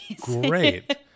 Great